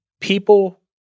People